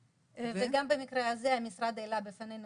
במקרה הזה המשרד העלה בפנינו